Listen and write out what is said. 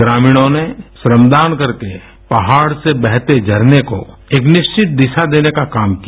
ग्रामीणों ने श्रम दान करके पहाड़ से बहते झरने कोएक निश्चित दिशा देने का काम किया